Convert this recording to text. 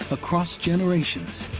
across generations,